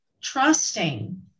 trusting